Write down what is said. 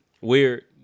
Weird